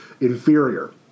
inferior